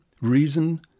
reason